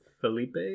Felipe